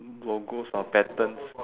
logos or patterns